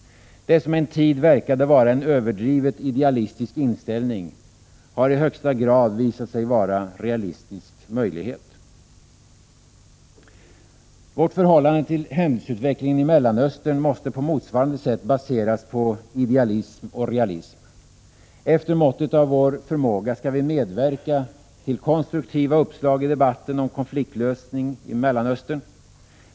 Det som en tid verkade vara en överdrivet idealistisk inställning har i högsta grad visat sig vara en realistisk möjlighet. Vårt förhållande till händelseutvecklingen i Mellanöstern måste på motsvarande sätt baseras på idealism och realism. Efter måttet av vår förmåga skall vi medverka till konstruktiva uppslag i debatten och konfliktlösning i Mellanöstern.